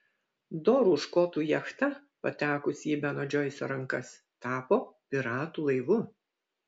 dorų škotų jachta patekusi į beno džoiso rankas tapo piratų laivu